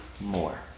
more